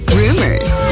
rumors